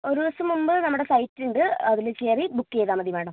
ഒരു ദിവസം മുൻപ് നമ്മുടെ സൈറ്റ് ഉണ്ട് അതിൽ കയറി ബുക്ക് ചെയ്താൽ മതി മാഡം